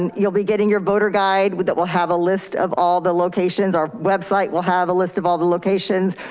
and you'll be getting your voter guide that will have a list of all the locations. our website will have a list of all the locations.